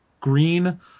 green